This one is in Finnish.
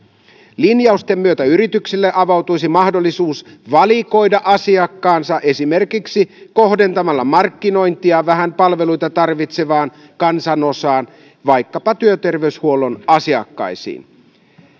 linjausten myötä yrityksille avautuisi mahdollisuus valikoida asiakkaansa esimerkiksi kohdentamalla markkinointia vähän palveluita tarvitsevaan kansanosaan vaikkapa työterveyshuollon asiakkaisiin